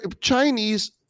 Chinese